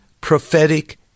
prophetic